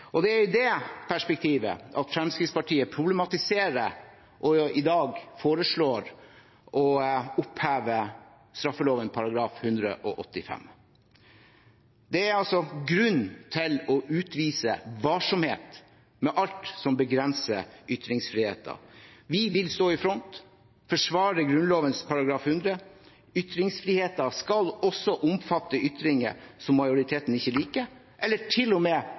ytringsfrihet. Det er i det perspektivet Fremskrittspartiet problematiserer og i dag foreslår å oppheve straffeloven § 185. Det er altså grunn til å utvise varsomhet med alt som begrenser ytringsfriheten. Vi vil stå i front, forsvare Grunnloven § 100. Ytringsfriheten skal også omfatte ytringer som majoriteten ikke liker, eller